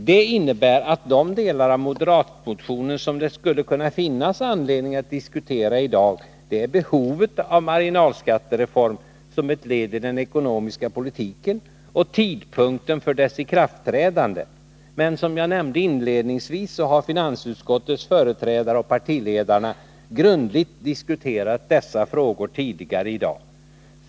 Det innebär att de delar av moderatmotionen som det i dag skulle kunna finnas anledning att diskutera är behovet av en marginalskattereform som ett led i den ekonomiska politiken och tidpunkten för dess ikraftträdande. Som jag nämnde inledningsvis har finansutskottets företrädare och partiledarna grundligt diskuterat dessa frågor tidigare i dag.